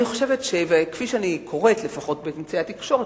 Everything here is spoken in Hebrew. כפי שאני קוראת לפחות באמצעי התקשורת,